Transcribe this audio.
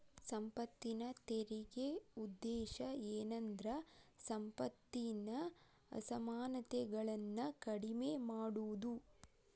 ಸಂಪತ್ತಿನ ತೆರಿಗೆ ಉದ್ದೇಶ ಏನಂದ್ರ ಸಂಪತ್ತಿನ ಅಸಮಾನತೆಗಳನ್ನ ಕಡಿಮೆ ಮಾಡುದು